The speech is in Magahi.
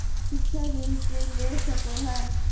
शिक्षा ऋण के ले सको है?